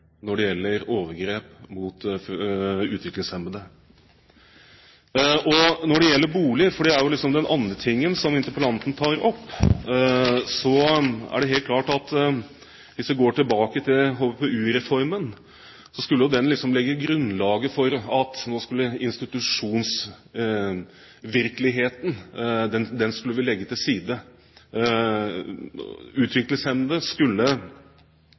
når det gjelder overgrep mot utviklingshemmede. Det andre temaet interpellanten tar opp, er boliger. Hvis vi går tilbake til HVPU-reformen, skulle den legge grunnlaget for at institusjonsvirkeligheten skulle man legge til side. I ansvarsreformens mål var normalisering og likeverd viktige ord også når det gjaldt boliger. Situasjonen i dag viser jo at